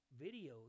videos